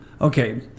okay